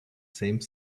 same